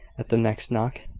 at the next knock,